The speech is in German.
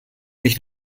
mich